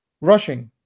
Rushing